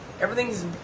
everything's